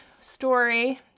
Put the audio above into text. story